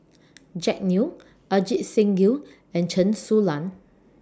Jack Neo Ajit Singh Gill and Chen Su Lan